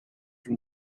from